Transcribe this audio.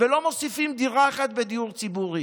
ולא מוסיפים דירה אחת לדיור ציבורי.